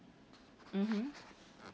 mmhmm